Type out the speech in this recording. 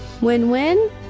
Win-win